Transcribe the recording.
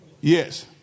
Yes